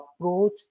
approach